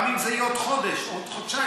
גם אם זה יהיה עוד חודש או עוד חודשיים,